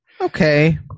Okay